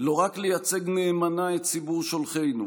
לא רק לייצג נאמנה את ציבור שולחינו,